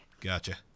Gotcha